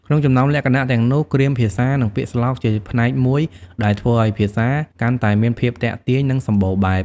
ក្នុងចំណោមលក្ខណៈទាំងនោះ គ្រាមភាសា និងពាក្យស្លោកជាផ្នែកមួយដែលធ្វើឲ្យភាសាកាន់តែមានភាពទាក់ទាញ និងសម្បូរបែប។